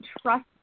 trust